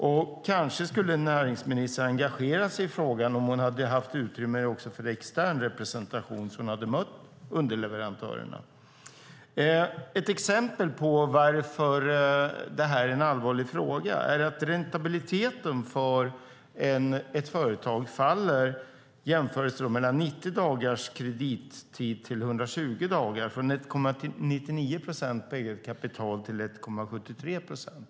Och kanske skulle näringsministern ha engagerat sig i frågan om hon hade haft utrymme också för extern representation så att hon hade mött underleverantörerna. Ett exempel på att det här är en allvarlig fråga är att räntabiliteten för ett företag faller, om det går från 90 dagars kredittid till 120 dagar, från 1,99 procent på eget kapital till 1,73 procent.